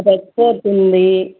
red Fort ఉంది